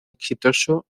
exitoso